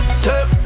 step